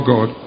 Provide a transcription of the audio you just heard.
God